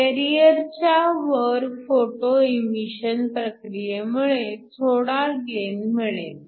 बॅरिअरच्या वर photo emission प्रक्रियेमुळे थोडा गेन मिळेल